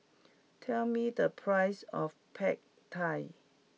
tell me the price of Pad Thai